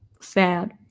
Sad